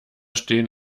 stehen